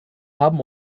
haben